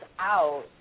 out